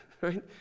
Right